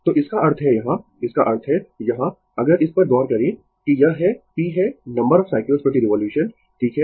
तो इसका अर्थ है यहां इसका अर्थ है यहां अगर इस पर गौर करें कि यह है p है नंबर ऑफ साइकल्स प्रति रिवोल्यूशन ठीक है